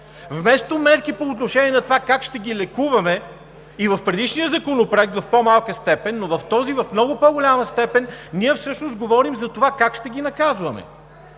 Вместо мерки по отношение на това как ще ги лекуваме и в предишния Законопроект – в по-малка степен, но в този – в много по-голяма степен, ние всъщност говорим за това как ще ги наказваме.